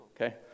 okay